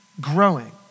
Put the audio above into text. growing